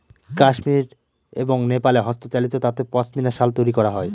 কাশ্মির এবং নেপালে হস্তচালিত তাঁতে পশমিনা শাল তৈরী করা হয়